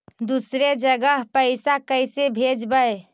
दुसरे जगह पैसा कैसे भेजबै?